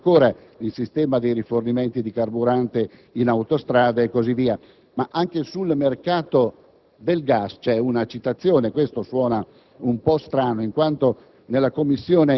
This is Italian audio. in generale, come pure sul sistema di rifornimento di carburante in autostrada e così via. Anche sul mercato del gas c'è una citazione ed è un po' strano, in quanto